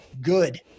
good